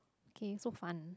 K so fun